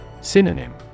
Synonym